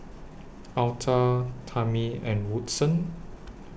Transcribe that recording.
Alta Tamie and Woodson